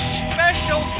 special